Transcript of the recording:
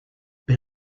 per